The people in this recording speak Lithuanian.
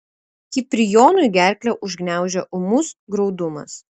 kiprijonui gerklę užgniaužia ūmus graudumas